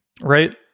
Right